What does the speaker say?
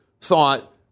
thought